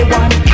one